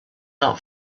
really